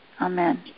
Amen